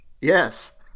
Yes